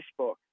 Facebook